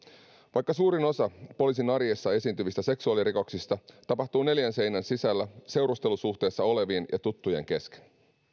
vaikka suurin osa poliisin arjessa esiintyvistä seksuaalirikoksista tapahtuu neljän seinän sisällä seurustelusuhteessa olevien ja tuttujen kesken